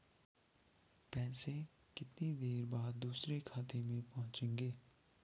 पैसे कितनी देर बाद दूसरे खाते में पहुंचेंगे?